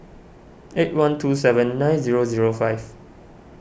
eight one two seven nine zero zero five